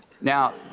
now